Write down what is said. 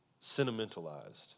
sentimentalized